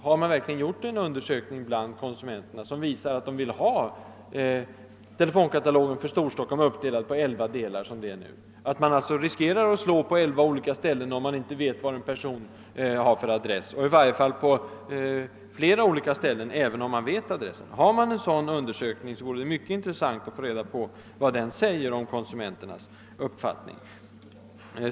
Har man verkligen genomfört någon undersökning bland konsumenterna som visar att dessa vill ha katalogen för Storstockholm, såsom nu är fallet, uppdelat på elva delar? Man riskerar alltså att få leta på elva olika ställen, om man inte känner till vilken adress en person har, och om man känner till adressen kan man i varje fall tvingas leta på fyra ställen. Om en sådan undersökning har gjorts, vore det intressant att få veta vad den säger om konsumenternas uppfattning.